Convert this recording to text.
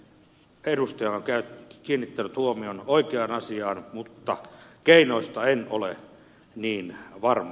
edustaja on kiinnittänyt huomion oikeaan asiaan mutta keinoista en ole niin varma